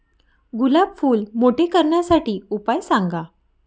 गुलाब फूल मोठे करण्यासाठी उपाय सांगा?